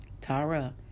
Tara